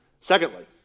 Secondly